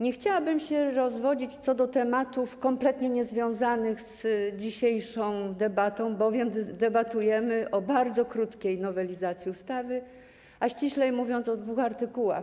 Nie chciałabym się rozwodzić nad tematami kompletnie niezwiązanymi z dzisiejszą debatą, bowiem debatujemy o bardzo krótkiej nowelizacji ustawy, a ściślej mówiąc, o dwóch artykułach.